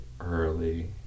early